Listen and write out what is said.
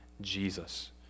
Jesus